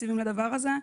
התקציבים לאבטחה רכובה.